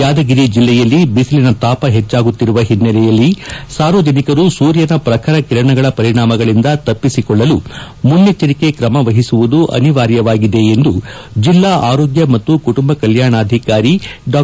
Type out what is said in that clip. ಯಾದಗಿರಿ ಜಲ್ಲೆಯಲ್ಲಿ ಬಿಸಿಲಿನ ತಾಪ ಹೆಚ್ಚಾಗುತ್ತಿರುವ ಹಿನ್ನೆಲೆಯಲ್ಲಿ ಸಾರ್ವಜನಿಕರು ಸೂರ್ಯನ ಪ್ರಖರ ಕಿರಣಗಳ ಪರಿಣಾಮಗಳಿಂದ ತಪ್ಪಿಸಿಕೊಳ್ಳಲು ಮುನ್ನೆಚ್ಚರಿಕೆ ಕ್ರಮ ವಹಿಸುವುದು ಅನಿವಾರ್ಯವಾಗಿದೆ ಎಂದು ಜಿಲ್ಲಾ ಆರೋಗ್ಯ ಮತ್ತು ಕುಟುಂಬ ಕಲ್ಲಾಣಾಧಿಕಾರಿ ಡಾ